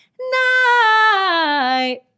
night